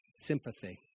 sympathy